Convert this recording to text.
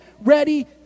ready